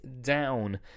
down